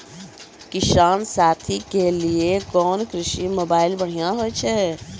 किसान साथी के लिए कोन कृषि मोबाइल बढ़िया होय छै?